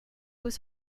was